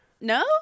No